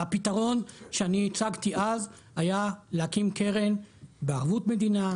והפתרון שאני הצגתי אז היה להקים קרן בערבות מדינה,